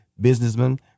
businessman